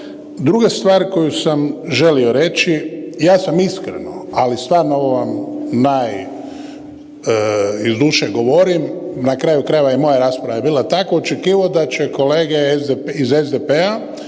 Druga stvar koju sam želio reći, ja sam iskreno, ali stvarno ovo vam naj iz duše govorim, na kraju krajeva i moja rasprava je bila takva, očekivao da će kolege iz SDP-a